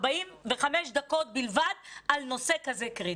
שעות, מתוכן 45 דקות בלבד לנושא כזה קריטי.